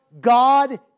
God